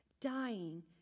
dying